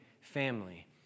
family